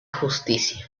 justicia